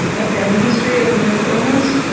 a family history of mental illness,